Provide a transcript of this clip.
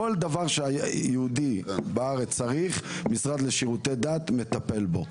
כל דבר שיהודי בארץ צריך ,משרד לשירותי דת מטפל בו.